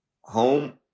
home